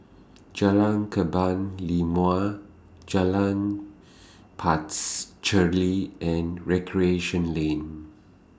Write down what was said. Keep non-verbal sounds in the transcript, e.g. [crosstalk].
Jalan Kebun Limau Jalan [unintelligible] and Recreation Lane